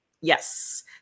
Yes